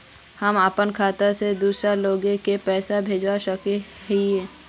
हम अपना खाता से दूसरा लोग के पैसा भेज सके हिये?